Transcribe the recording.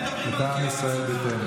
שאתה מדבר